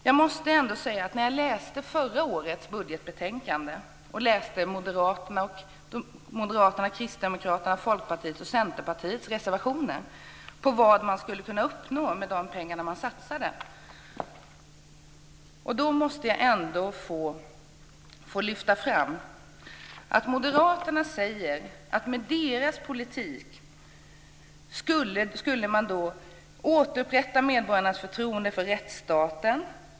Jag har läst förra årets budgetbetänkande och Moderaternas, Kristdemokraternas, Folkpartiets och Centerpartiets reservationer om vad man skulle kunna uppnå med de pengar man satsade. Moderaterna säger att med deras politik skulle man återupprätta medborgarnas förtroende för rättsstaten.